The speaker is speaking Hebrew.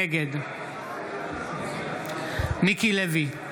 נגד מיקי לוי,